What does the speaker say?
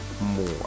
more